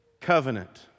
Covenant